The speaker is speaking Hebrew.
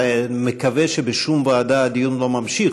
אני מקווה שבשום ועדה הדיון לא ממשיך,